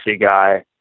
guy